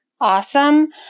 awesome